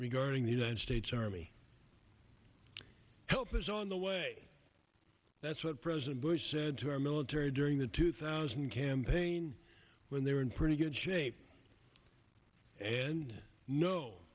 regarding the united states army help is on the way that's what president bush said to our military during the two thousand campaign when they were in pretty good shape and no